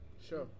sure